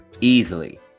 easily